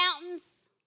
mountains